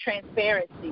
transparency